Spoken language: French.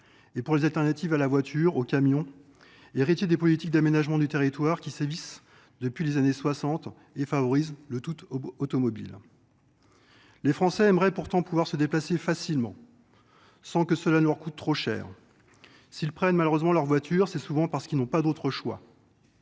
et pour les alternatives à la voiture au camion héritier des politiques d'aménagement du territoire qui sévissent depuis les années 60 et favorisent le tout automobile. Les Français aimeraient pourtant pouvoir se déplacer facilement sans que cela leur coûte trop cher s'ils prennent malheureusement leur voiture, c'est souvent parce qu'ils n'ont pas d'autre choix.